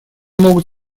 могут